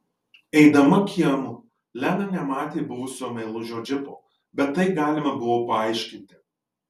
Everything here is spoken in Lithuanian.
eidama kiemu lena nematė buvusio meilužio džipo bet tai galima buvo paaiškinti